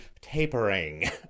tapering